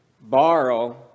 borrow